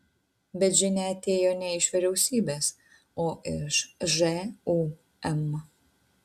bet žinia atėjo ne iš vyriausybės o iš žūm